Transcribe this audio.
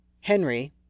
Henry